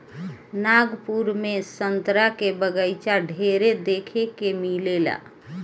नागपुर में संतरा के बगाइचा ढेरे देखे के मिलेला